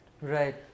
Right